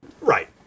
Right